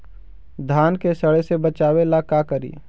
धान के सड़े से बचाबे ला का करि?